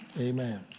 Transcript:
Amen